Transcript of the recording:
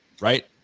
right